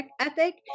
ethic